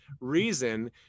reason